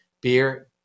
Beer